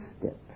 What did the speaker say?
step